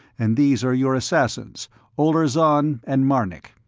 and these are your assassins olirzon, and marnik.